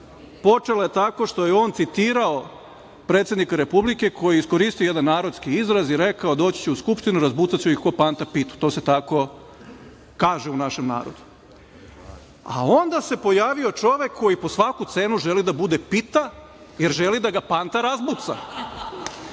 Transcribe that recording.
počela je tako što je on citirao predsednika Republike koji je iskoristio jedan narodski izraz i rekao – doći ću u Skupštinu, razbucaću ih ko Panta pitu. To se tako kaže u našem narodu. A, onda se pojavio čovek koji po svaku cenu želi da bude pita, jer želi da ga Panta razbuca.